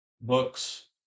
books